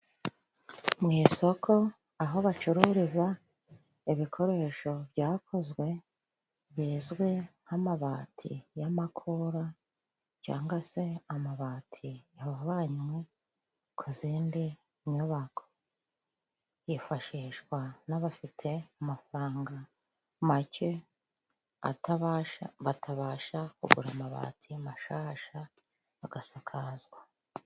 Mu isoko aho bacururiza ibikoresho byakozwe bizwi nk'amabati y' amakura cyangwa se amabati yavanywe ku zindi nyubako. Yifashishwa n'abafite amafaranga make atabasha batabasha kugura amabati y' mashasha agasakazwa.